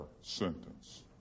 sentence